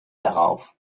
darauf